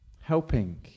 Helping